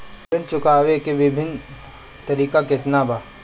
ऋण चुकावे के विभिन्न तरीका केतना बा?